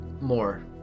more